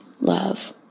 love